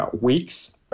weeks